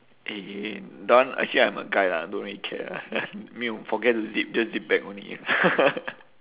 eh done actually I'm a guy lah I don't really care lah I mean you forget to zip just zip back only